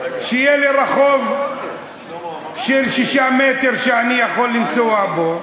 שיהיה לי רחוב של 6 מטר שאני יכול לנסוע בו,